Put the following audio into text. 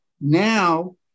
Now